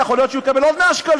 יכול להיות שהוא יקבל עוד 100 שקלים,